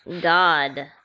god